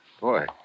Boy